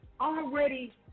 already